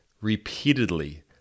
repeatedly